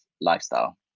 lifestyle